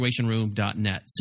situationroom.net